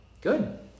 good